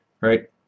Right